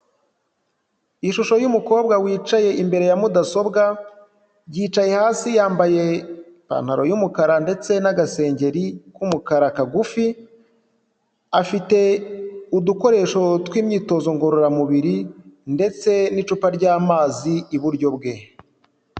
Ishusho y'umukobwa wicaye imbere ya mudasobwa, yicaye hasi yambaye ipantaro y'umukara ndetse n'agasengeri k'umukara kagufi, afite udukoresho tw'imyitozo ngororamubiri ndetse n'icupa ry'amazi iburyo bwe.